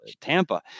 Tampa